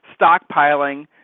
stockpiling